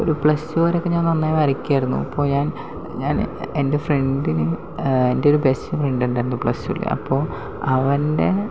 ഒരു plus two വരെയൊക്കെ ഞാൻ നന്നായി വരക്കുമായിരുന്നു അപ്പോൾ ഞാൻ ഞാൻ എൻ്റെ ഫ്രണ്ടിന് എൻ്റെ ഒരു ബസ്ഡ് ഫ്രണ്ട് ഉണ്ടായിരുന്നു പ്ലസ് ടുവിൽ അപ്പോൾ അവൻ്റെ